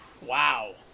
Wow